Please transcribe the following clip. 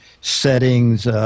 settings